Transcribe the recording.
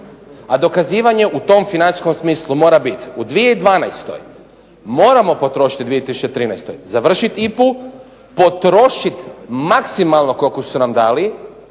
A dokazivanje u tom financijskom smislu mora biti u 2012. moramo potrošiti i 2013. završiti IPA-u, potrošiti maksimalno koliko su nam dali